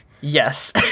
Yes